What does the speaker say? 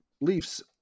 Leafs